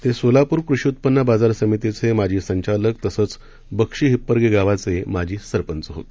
ते सोलापूर कृषी उत्पन्न बाजार समितीचे माजी संचालक तसंच बक्षी हिप्परगे गावाचे माजी सरपंच होते